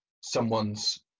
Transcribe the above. someone's